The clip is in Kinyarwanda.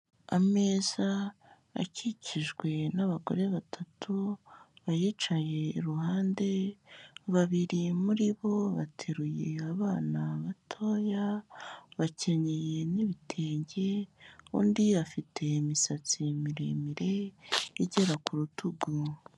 Ameza akikijwe n'abagore batatu bayicaye iruhande, babiri muri bo bateruye abana batoya, bakenyeye n'ibitenge, undi afite imisatsi miremire igera ku rutugu.